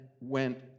went